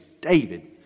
David